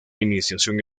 iniciación